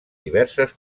diverses